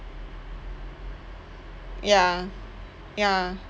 ya ya